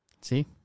See